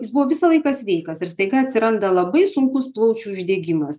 jis buvo visą laiką sveikas ir staiga atsiranda labai sunkus plaučių uždegimas